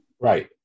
Right